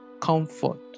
comfort